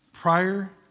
Prior